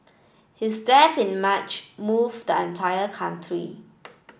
his death in March moved the entire country